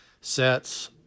Sets